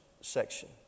section